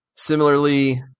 Similarly